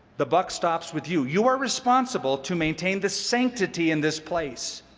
the buck stops with you. you are responsible to maintain the sanctity in this place.